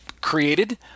created